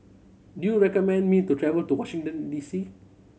do you recommend me to travel to Washington D C